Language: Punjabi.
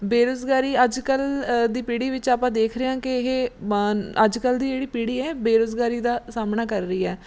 ਬੇਰੁਜ਼ਗਾਰੀ ਅੱਜ ਕੱਲ੍ਹ ਦੀ ਪੀੜ੍ਹੀ ਵਿੱਚ ਆਪਾਂ ਦੇਖ ਰਹੇ ਹਾਂ ਕਿ ਇਹ ਮਾਨ ਅੱਜ ਕੱਲ੍ਹ ਦੀ ਜਿਹੜੀ ਪੀੜ੍ਹੀ ਹੈ ਬੇਰੁਜ਼ਗਾਰੀ ਦਾ ਸਾਹਮਣਾ ਕਰ ਰਹੀ ਹੈ